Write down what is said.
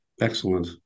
Excellent